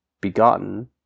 begotten